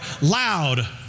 loud